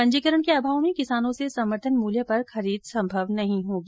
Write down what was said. पंजीकरण के अभाव में किसानो से समर्थन मूल्य पर खरीद संभव नहीं होगी